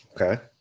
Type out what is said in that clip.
okay